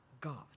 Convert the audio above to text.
God